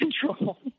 control